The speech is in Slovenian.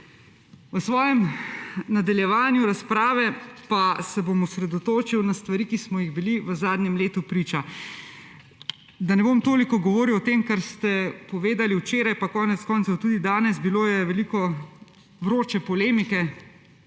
V nadaljevanju razprave se bom osredotočil na stvari, ki smo jim bili v zadnjem letu priča. Da ne bom toliko govoril o tem, kar ste povedali včeraj, pa konec koncev tudi danes, bilo je veliko vroče polemike,